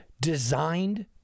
designed